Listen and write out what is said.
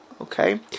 Okay